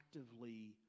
actively